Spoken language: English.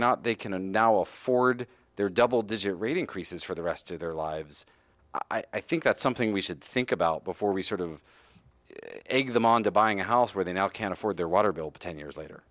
not they can and now afford their double digit rate increases for the rest of their lives i think that's something we should think about before we sort of egg them on to buying a house where they now can afford their water bill ten years later